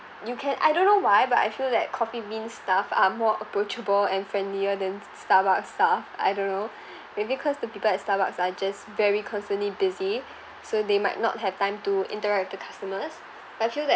you can I don't know why but I feel that coffee bean staff are more approachable and friendlier than s~ Starbucks staff I don't know maybe cause the people at Starbucks are just very constantly busy so they might not have time to interact with the customers I feel that